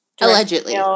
Allegedly